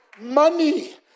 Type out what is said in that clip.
Money